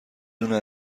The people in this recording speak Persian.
دونه